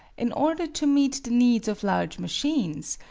in order to meet the needs of large machines,